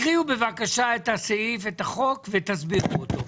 תקריאו, בבקשה, את החוק, ותסבירו אותו,